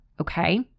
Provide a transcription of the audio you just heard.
okay